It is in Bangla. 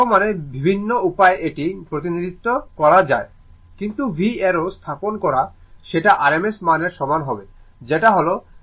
অ্যারো মানে বিভিন্ন উপায়ে এটি প্রতিনিধিত্ব করা যেতে পারে কিন্তু v অ্যারো স্থাপন করে সেটা rms মান এর সমান হবে যেটা হল Vm√2